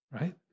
Right